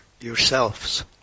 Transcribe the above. yourselves